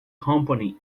company